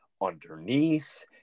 underneath